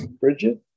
Bridget